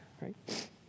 right